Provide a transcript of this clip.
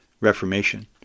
Reformation